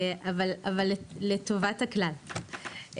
לטובת הכלל,